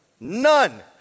None